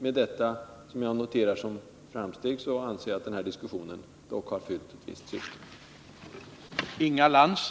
Med detta, som jag noterar som framsteg, anser jag att den här diskussionen dock har fyllt ett visst syfte.